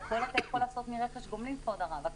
הכול אתה יכול לעשות מרכש גומלין, כבוד הרב.